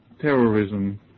terrorism